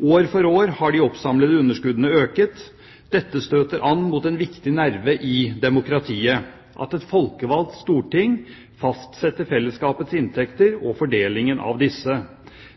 År for år har de oppsamlede underskuddene økt. Dette støter an mot en viktig nerve i demokratiet – at et folkevalgt storting fastsetter fellesskapets inntekter og fordelingen av disse.